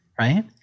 right